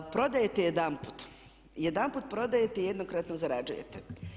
Prodajete jedanput, jedanput prodajete, jednokratno zarađujete.